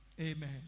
amen